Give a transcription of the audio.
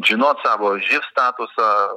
žinot savo živ statusą